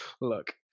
Look